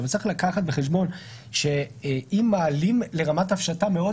אבל צריך לקחת בחשבון שאם מעלים לרמת הפשטה מאוד